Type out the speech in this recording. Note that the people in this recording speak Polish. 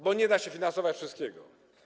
Bo nie da się finansować wszystkiego.